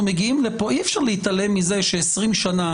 מגיעים לפה אי-אפשר להתעלם ש-20 שנה,